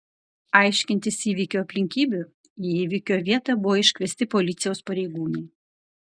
aiškintis įvykio aplinkybių į įvykio vietą buvo iškviesti policijos pareigūnai